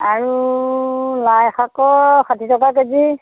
আৰু লাইশাকৰ ষাঠি টকা কেজি